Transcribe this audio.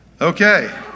okay